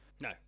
No